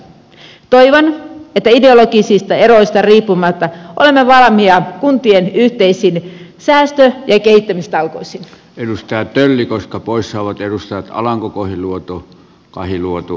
toivon että ideologisista eroista riippumatta olemme valmiita kuntien yhteisiin säästö ja kehittämistalkoisiin edustaa tyyli koska poissaolon edustaja alanko kuin luotu kahiluoto